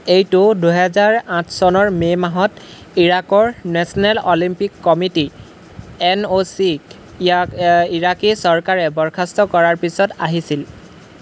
এইটো দুহেজাৰ আঠ চনৰ মে' মাহত ইৰাকৰ national Olympic committee N O C ক ইৰাকী চৰকাৰে বৰ্খাস্ত কৰাৰ পিছত আহিছিল